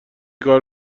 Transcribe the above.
کار